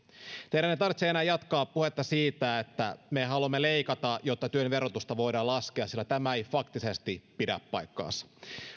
teidän ei tarvitse enää jatkaa puhetta siitä että me haluamme leikata jotta työn verotusta voidaan laskea sillä tämä ei faktisesti pidä paikkaansa arvoisa